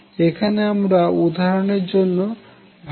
এখানে আমরা উদাহরনের জন্য ভাঙ্গতে পারবোনা